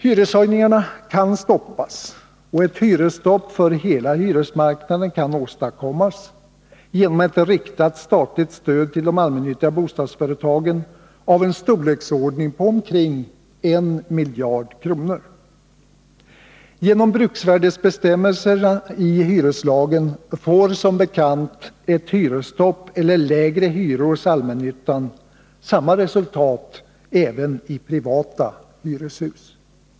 Hyreshöjningarna kan stoppas och ett hyresstopp för hela hyresmarknaden kan åstadkommas genom ett riktat statligt stöd till de allmännyttiga bostadsföretagen av storleksordningen omkring 1 miljard kronor. Genom bruksvärdesbestämmelserna i hyreslagen får som bekant ett hyresstopp eller lägre hyror hos allmännyttan samma resultat även i privata hyreshus.